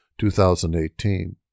2018